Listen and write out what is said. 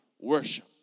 worship